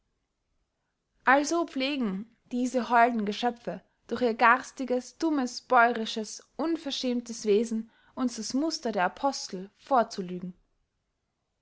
also pflegen diese holden geschöpfe durch ihr garstiges tummes bäurisches unverschämtes wesen uns das muster der apostel vorzulügen